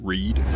Read